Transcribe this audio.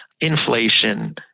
Inflation